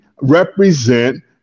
represent